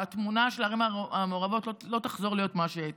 התמונה של הערים המעורבות לא תחזור להיות מה שהיא הייתה.